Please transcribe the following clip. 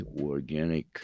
organic